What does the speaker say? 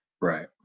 Right